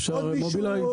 עוד מישהו?